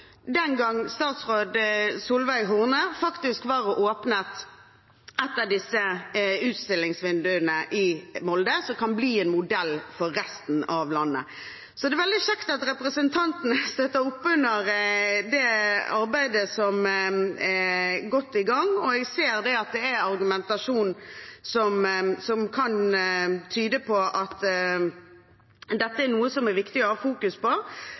den gangens statsråd Solveig Horne var i Molde og åpnet et av disse utstillingsvinduene som kan bli en modell for resten av landet. Det er veldig kjekt at representantene støtter opp under det arbeidet som er godt i gang. Jeg ser at det er argumentasjon som kan tyde på at dette er noe som er viktig å fokusere på.